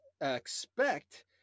expect